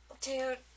Dude